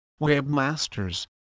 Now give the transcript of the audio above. webmasters